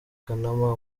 kanama